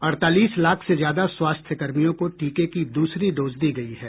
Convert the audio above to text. अड़तालीस लाख से ज्यादा स्वास्थ्यकर्मियों को टीके की द्रसरी डोज दी गयी है